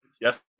Yes